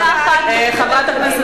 שכיהן תחת ממשלות קדימה, חברת הכנסת